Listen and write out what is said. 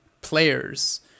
players